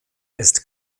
ist